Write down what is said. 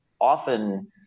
often